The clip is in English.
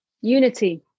unity